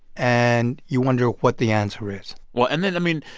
and you wonder what the answer is well and then, i mean,